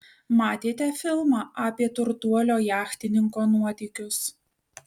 matėte filmą apie turtuolio jachtininko nuotykius